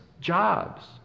jobs